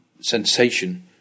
sensation